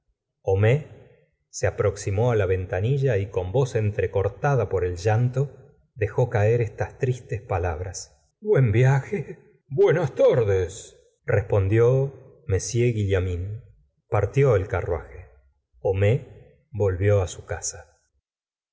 homais se aproximó la ventanilla y con voz entrecortada por el llanto dejó caer estas tristes palabras buen viaje buenas tardes respondió m guillaumin partió el carruaje homais volvió su casa